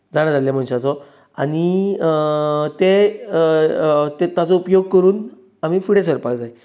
जाणा जाल्ल्या मनशाचो आनी ते ताचो उपयोग करून आमी फुडें सरपाक जाय